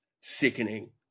sickening